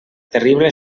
terrible